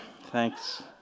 Thanks